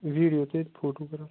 video تہٕ photograph